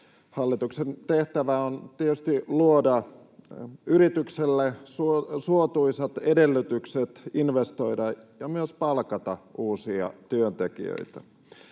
Hallituksen tehtävä on tietysti luoda yrityksille suotuisat edellytykset investoida ja myös palkata uusia työntekijöitä.